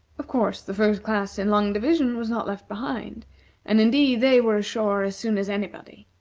of course the first class in long division was not left behind and, indeed, they were ashore as soon as anybody.